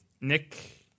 Nick